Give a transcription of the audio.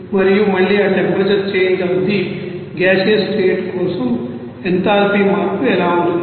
మరియు మళ్లీ ఆ temperature change of the gaseous state కోసం ఎంథాల్పీ మార్పు ఎలా ఉంటుంది